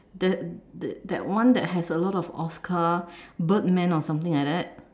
that that one that has a lot of Oscar Birdman or something like that